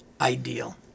ideal